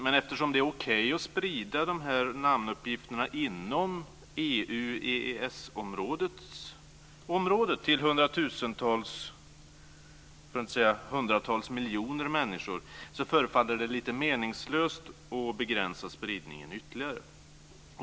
Men eftersom det är okej att sprida dessa namnuppgifter inom EU och EES-området till hundratusentals, för att inte säga hundratals miljoner, människor förefaller det meningslöst att begränsa spridningen ytterligare.